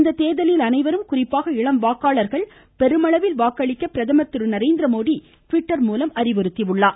இத்தேர்தலில் அனைவரும் குறிப்பாக இளம் வாக்காளர்கள் பெருமளவில் வாக்களிக்க பிரதமர் திரு நரேந்திரமோடி ட்விட்டர் மூலம் அறிவுறுத்தியுள்ளார்